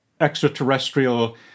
extraterrestrial